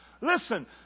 Listen